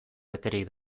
beterik